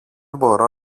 μπορώ